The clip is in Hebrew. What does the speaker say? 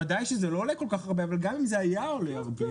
בוודאי כאשר זה לא עולה כל כך הרבה אבל גם אם זה היה עולה הרבה.